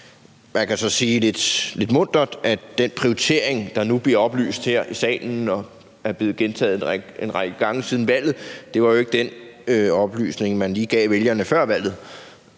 Man kan så sige lidt muntert, at den prioritering, der nu bliver oplyst her i salen og er blevet gentaget en række gange siden valget, jo ikke var den oplysning, man lige gav vælgerne før valget.